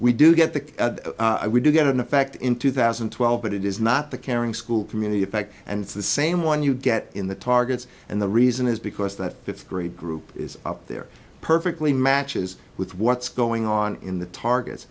we do get that we do get an effect in two thousand and twelve but it is not the caring school community effect and it's the same one you get in the targets and the reason is because that fifth grade group is up there perfectly matches with what's going on in the targets